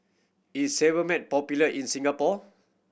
is Sebamed popular in Singapore